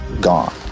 gone